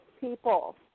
people